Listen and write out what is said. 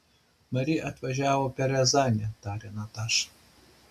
mari atvažiavo per riazanę tarė nataša